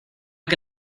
que